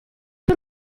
per